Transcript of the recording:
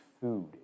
food